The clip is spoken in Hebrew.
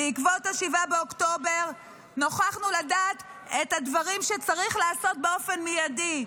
בעקבות 7 באוקטובר נוכחנו לדעת את הדברים שצריך לעשות באופן מיידי.